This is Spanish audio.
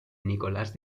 nicolas